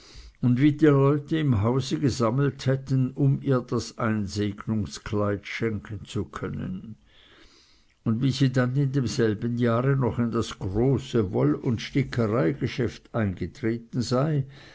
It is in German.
und wie die leute im hause gesammelt hätten um ihr das einsegnungskleid schenken zu können und wie sie dann in demselben jahre noch in das große woll und stickereigeschäft eingetreten sei